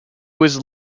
was